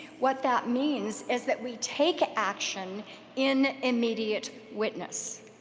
what that means is that we take action in immediate witness.